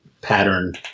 pattern